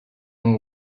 know